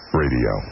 radio